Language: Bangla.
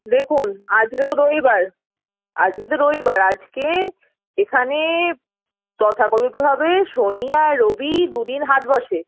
দেখুন আজকে তো রবিবার আজকে তো রবিবার আজকে এখানে তথাকথিতভাবে শনি আর রবি দু দিন হাট বসে